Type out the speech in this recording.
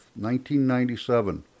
1997